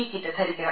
E kit ധരിക്കണം